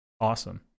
awesome